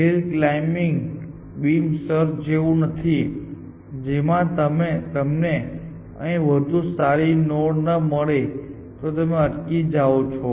hill climbing beam search જેવું નથી જેમાં જો તમને અહીં વધુ સારી નોડ ન મળે તો તમે અટકી જાઓ છો